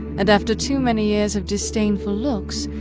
and after too many years of disdainful looks,